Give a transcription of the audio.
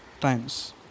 times